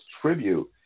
tribute